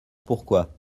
pourquoi